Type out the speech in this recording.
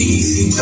Easy